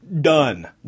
Done